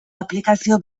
aplikazio